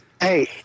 Hey